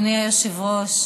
אדוני היושב-ראש,